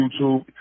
YouTube